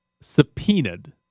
subpoenaed